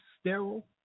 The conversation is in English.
sterile